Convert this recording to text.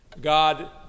God